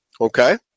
Okay